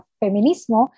feminismo